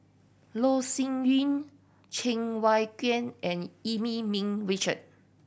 Loh Sin Yun Cheng Wai Keung and Eu Yee Ming Richard